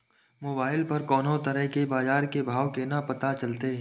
Mobile पर कोनो तरह के बाजार के भाव केना पता चलते?